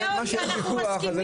היו"ר מירב בן ארי (יו"ר ועדת ביטחון הפנים): אנחנו מסכימים,